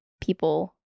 people